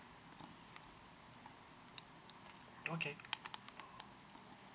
okay